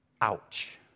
Ouch